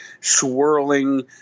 swirling